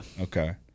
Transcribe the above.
Okay